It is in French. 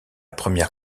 première